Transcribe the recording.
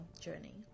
journey